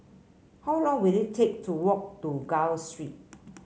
how long will it take to walk to Gul Street